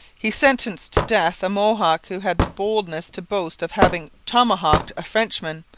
he sentenced to death a mohawk who had the boldness to boast of having tomahawked a frenchman,